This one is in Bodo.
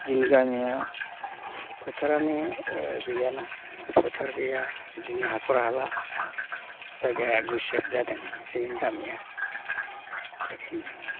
जोंनि गामिया फोथारानो गैया ना फोथार गैया बिदिनो हाखर हाला जायगाया गुसेब जादों जोंनि गामिया बेखायनो